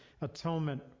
atonement